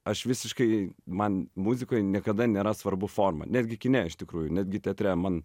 aš visiškai man muzikoj niekada nėra svarbu forma netgi kine iš tikrųjų netgi teatre man